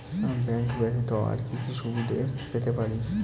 আমি ব্যাংক ব্যথিত আর কি কি সুবিধে পেতে পারি?